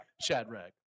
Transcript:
Shadrack